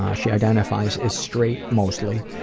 ah she identifies as straight, mostly.